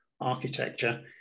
architecture